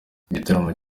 igitaramo